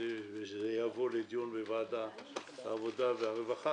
ושזה יבוא לדיון בוועדת העבודה והרווחה,